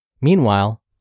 Meanwhile